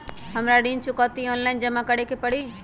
हमरा ऋण चुकौती ऑनलाइन जमा करे के परी?